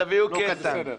רק תביאו כסף.